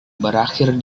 berakhir